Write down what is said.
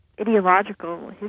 ideological